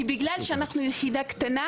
בגלל שאנחנו יחידה קטנה,